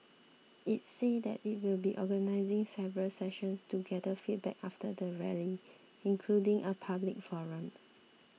it said that it will be organising several sessions to gather feedback after the Rally including a public forum